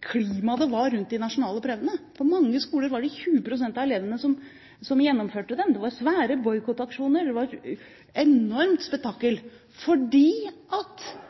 klima det var rundt de nasjonale prøvene. På mange skoler var det 20 pst. av elevene som gjennomførte dem, det var svære boikottaksjoner, og det var et enormt spetakkel, for man aksepterte ikke at